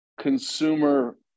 consumer